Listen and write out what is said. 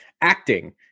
acting